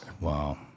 Wow